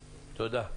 תודה.